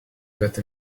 that